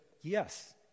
Yes